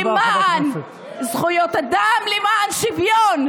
למען זכויות אדם, למען שוויון.